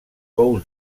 pous